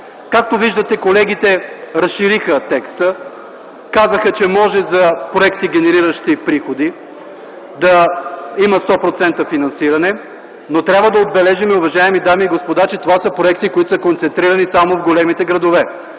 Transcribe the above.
Както виждате, колегите разшириха текста. Казаха, че може за проекти, генериращи приходи да има 100% финансиране, но трябва да отбележим, уважаеми дами и господа, че това са проекти, които са концентрирани само в големите градове,